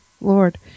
Lord